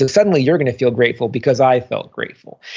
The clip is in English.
and suddenly, you're going to feel grateful because i felt grateful.